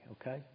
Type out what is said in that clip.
okay